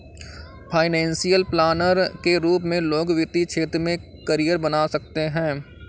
financial planner के रूप में लोग वित्तीय क्षेत्र में करियर बना सकते हैं